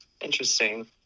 interesting